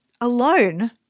alone